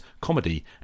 comedy